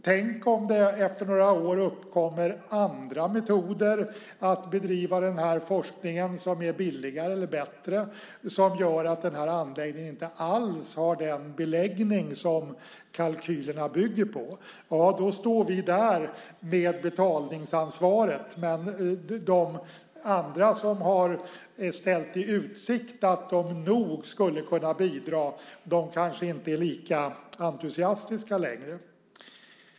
Tänk om det efter några år uppkommer andra metoder för att bedriva den här forskningen som är billigare eller bättre och som gör att anläggningen inte alls har den beläggning som kalkylerna bygger på. Då står vi där med betalningsansvaret. Men de andra som har ställt i utsikt att de nog skulle kunna bidra kanske inte är lika entusiastiska längre.